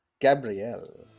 Gabrielle